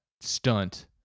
stunt